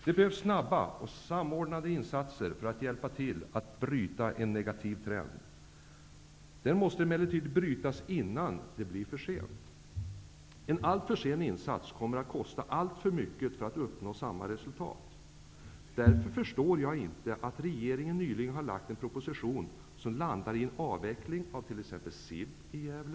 Det behövs snabba och samordnade insatser för att hjälpa till att bryta en negativ trend. Den måste emellertid brytas innan det blir för sent. En alltför sen insats kommer att kosta alltför mycket för att uppnå samma resultat. Därför förstår jag inte varför regeringen nyligen har lagt fram en proposition som utmynnar i en avveckling av t.ex. SIB i Gävle.